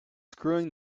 screwing